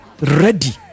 ready